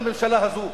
לממשלה הזו,